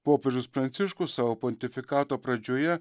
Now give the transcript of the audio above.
popiežius pranciškus savo pontifikato pradžioje